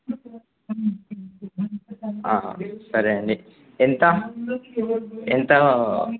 సరే అండి ఎంత ఎంత